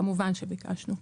כמובן שביקשנו.